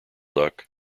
duck